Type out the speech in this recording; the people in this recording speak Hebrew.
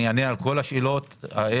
אני אענה על כל השאלות האלה.